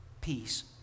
peace